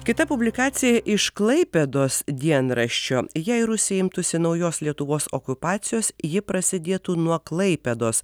kita publikacija iš klaipėdos dienraščio jei rusija imtųsi naujos lietuvos okupacijos ji prasidėtų nuo klaipėdos